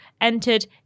entered